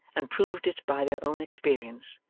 and proved it by their own experience,